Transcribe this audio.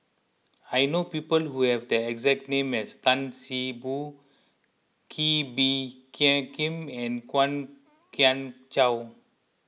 I know people who have the exact name as Tan See Boo Kee Bee Khim and Kwok Kian Chow